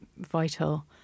vital